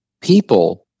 people